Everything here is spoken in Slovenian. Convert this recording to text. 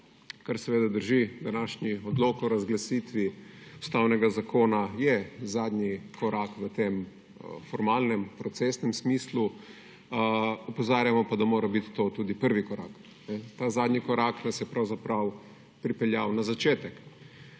kar seveda drži, današnji odlok o razglasitvi Ustavnega zakona je zadnji korak v tem formalnem procesnem smislu, opozarjamo pa, da mora biti to tudi prvi korak, ta zadnji korak nas je pravzaprav pripeljal na začetek,